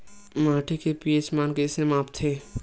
माटी के पी.एच मान कइसे मापथे?